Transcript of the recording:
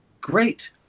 Great